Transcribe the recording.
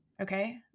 Okay